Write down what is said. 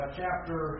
chapter